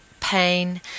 pain